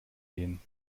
gehen